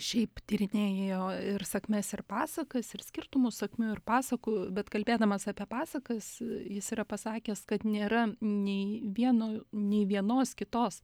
šiaip tyrinėjo ir sakmes ir pasakas ir skirtumus sakmių ir pasakų bet kalbėdamas apie pasakas jis yra pasakęs kad nėra nei vieno nei vienos kitos